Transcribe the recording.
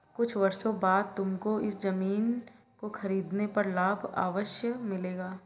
कुछ वर्षों बाद तुमको इस ज़मीन को खरीदने पर लाभ अवश्य मिलेगा